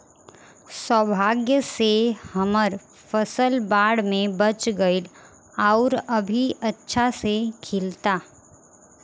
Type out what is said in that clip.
सौभाग्य से हमर फसल बाढ़ में बच गइल आउर अभी अच्छा से खिलता